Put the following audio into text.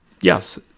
yes